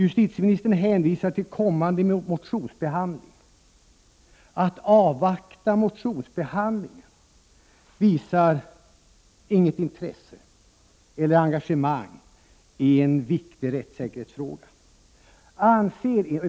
Justitieministern hänvisar till kommande motionsbehandling. Att avvakta motionsbehandlingen visar inget intresse eller engagemang i en viktig rättssäkerhetsfråga.